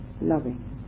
loving